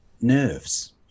nerves